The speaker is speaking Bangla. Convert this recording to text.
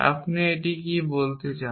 আপনি এটিকে কী বলতে চান